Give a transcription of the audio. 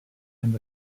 and